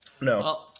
No